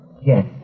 Yes